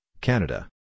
Canada